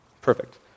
Perfect